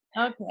okay